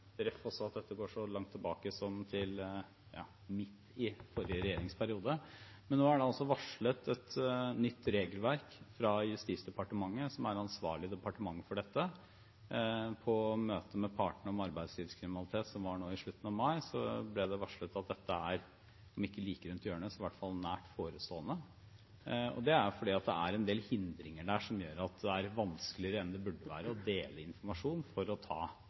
at dette går så langt tilbake som til midten av forrige regjeringsperiode, men nå er det altså varslet et nytt regelverk fra Justisdepartementet, som er det ansvarlige departementet for dette. På møtet med partene om arbeidskriminalitet som var nå i slutten av mai, ble det varslet at dette er om ikke like rundt hjørnet, så i hvert fall nært forestående. En del hindringer gjør at det er vanskeligere enn det burde være å dele informasjon for å ta